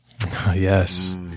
Yes